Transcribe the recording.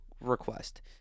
request